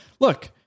look